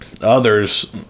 others